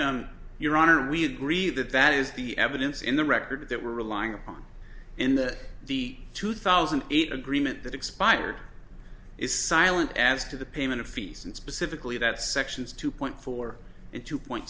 but your honor we agree that that is the evidence in the record that we're relying upon and that the two thousand and eight agreement that expired is silent as to the payment of fees and specifically that sections two point four and two point